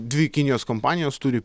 dvi kinijos kompanijos turi